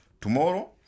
Tomorrow